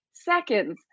seconds